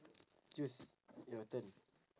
choose your turn